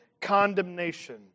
condemnation